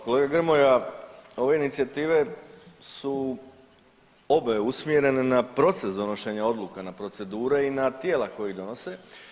Kolega Grmoja ove inicijative su obe usmjerene na proces donošenja odluka, na procedure i na tijela koji donose.